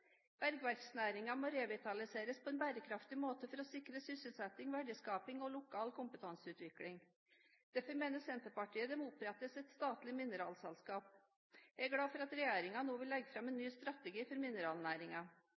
må revitaliseres på en bærekraftig måte for å sikre sysselsetting, verdiskaping og lokal kompetanseutvikling. Derfor mener Senterpartiet det må opprettes et statlig mineralselskap. Jeg er glad for at regjeringen nå vil legge fram en ny strategi for